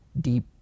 deep